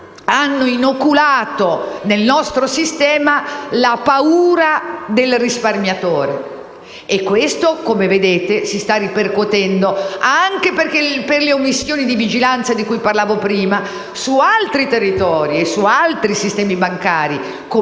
ha inoculato nel nostro sistema e nel risparmiatore. Come vedete, questo si sta ripercuotendo, anche per le omissioni di vigilanza di cui parlavo prima, su altri territori e su altri sistemi bancari, come